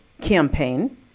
campaign